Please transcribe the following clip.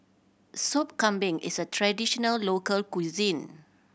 Soup Kambing is a traditional local cuisine